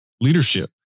leadership